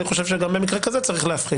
אני חושב שגם במקרה כזה צריך להפחית.